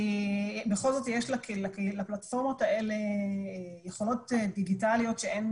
כי בכל זאת יש לפלטפורמות האלה יכולות דיגיטליות שאין